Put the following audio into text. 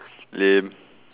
lame